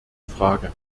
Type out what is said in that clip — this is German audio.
frage